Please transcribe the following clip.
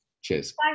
cheers